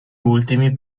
ultimi